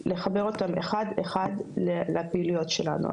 לחבר אותם אחד אחד לפעילויות שלנו.